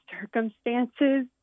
circumstances